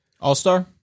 All-star